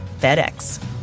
FedEx